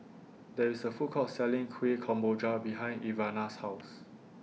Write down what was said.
There IS A Food Court Selling Kueh Kemboja behind Ivana's House